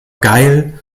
geil